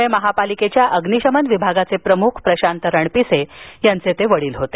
पुणे महापालिकेच्या अग्निशमन विभागाचे प्रमुख प्रशांत रणपिसे यांचे ते वडील होते